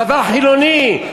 צבא חילוני.